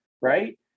right